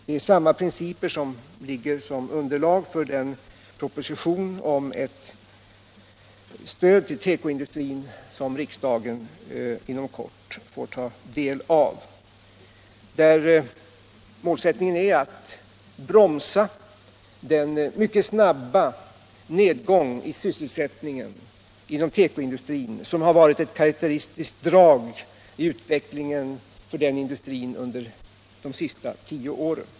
Det är samma principer som utgör underlag för den proposition om ett stöd till tekoindustrin som riksdagen inom kort får ta del av. Målet är att bromsa den snabba nedgång i sysselsättningen inom tekoindustrin som har varit ett karakteristiskt drag i utvecklingen för den industrin under de senaste tio åren.